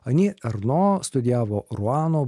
ani arno studijavo ruano